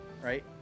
Right